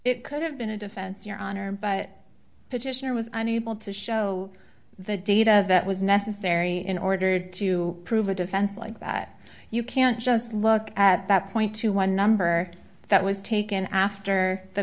it could have been a defense your honor but petitioner was unable to show the data that was necessary in order to prove a defense like that you can't just look at that point to one number that was taken after the